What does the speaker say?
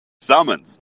Summons